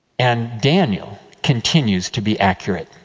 and daniel continues to be accurate.